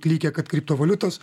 klykia kad kriptovaliutos